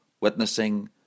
witnessing